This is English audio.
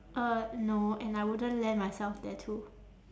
uh no and I wouldn't land myself there too